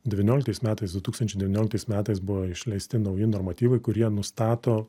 devynioliktais metais du tūkstančiai devynioliktais metais buvo išleisti nauji normatyvai kurie nustato